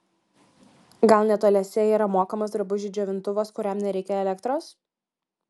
gal netoliese yra mokamas drabužių džiovintuvas kuriam nereikia elektros